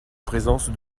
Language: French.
présence